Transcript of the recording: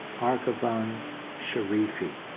arghavan sharifi.